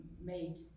made